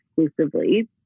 exclusively